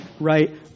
right